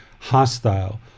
hostile